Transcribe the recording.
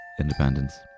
Independence